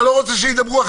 אתה לא רוצה שאחרים ידברו.